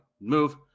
move